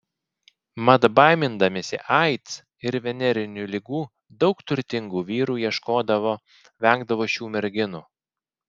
mat baimindamiesi aids ir venerinių ligų daug turtingų vyrų ieškodavo vengdavo šių merginų